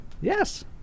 Yes